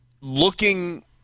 looking –